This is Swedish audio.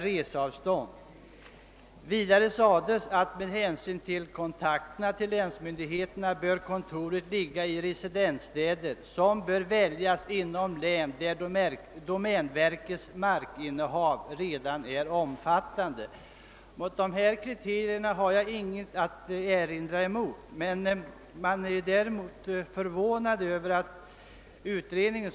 Vidare sades ..det att' kontoren med hänsyn till kontakterna med länsmyndigheterna bör ligga i länsresidensstäder som bör väljas inom län där domänverkets markinnehav redan. är : omfattande. Mot dessa kriterier har jag inget att erinra. Däremot är jag förvånad över att utredningen.